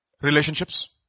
relationships